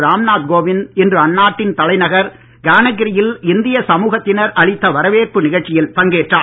ராம்நாத் கோவிந்த் இன்று அந்நாட்டின் தலைநகர் கானக்ரி யில் இந்திய சீழகத்தினர் அளித்த வரவேற்பு நிகழ்ச்சியில் பங்கேற்றார்